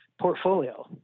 portfolio